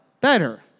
better